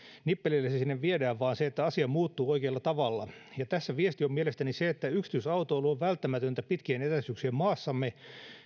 nippelillä se se sinne viedään vaan se että asia muuttuu oikealla tavalla tässä viesti on mielestäni se että yksityisautoilu on välttämätöntä pitkien etäisyyksien maassamme